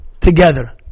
together